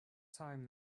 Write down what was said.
time